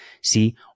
See